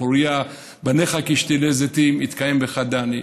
פֹּרִיָּה, בניך כשתִלי זיתים" התקיים בך, דן.